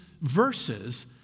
verses